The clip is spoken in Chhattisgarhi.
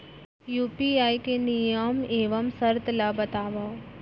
यू.पी.आई के नियम एवं शर्त ला बतावव